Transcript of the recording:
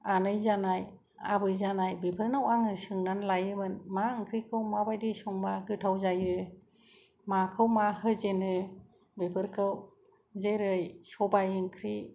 आनै जानाय आबै जानाय बेफोरनाव आङो सोंनानै लायोमोन मा ओंख्रिखौ माबायदि संबा गोथाव जायो माखौ मा होजेनो बेफोरखौ जेरै सबाइ ओंख्रि